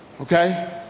Okay